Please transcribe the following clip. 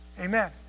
Amen